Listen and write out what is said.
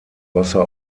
wasser